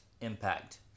Impact